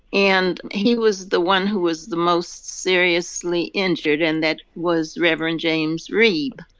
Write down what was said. and he was the one who was the most seriously injured, and that was reverend james reeb.